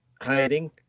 hiding